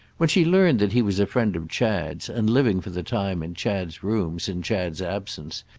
when she learned that he was a friend of chad's and living for the time in chad's rooms in chad's absence,